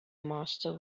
master